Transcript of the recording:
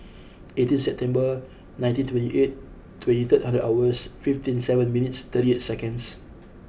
eighteenth September nineteen twenty eight twenty three third hours fifty seven minutes thirty eight seconds